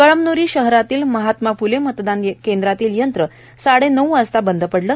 कळमनुरी शहरातल्या महात्मा फुले मतदान केंद्रातील यंत्र साडे नऊला बंद पडलं